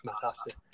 fantastic